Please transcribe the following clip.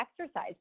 exercise